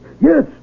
yes